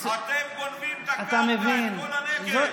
אתם גונבים את הקרקע, את כל הנגב.